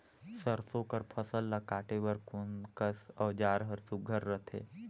सरसो कर फसल ला काटे बर कोन कस औजार हर सुघ्घर रथे?